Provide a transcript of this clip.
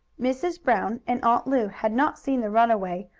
mrs. brown and aunt lu had not seen the runaway,